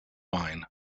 mine